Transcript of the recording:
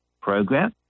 program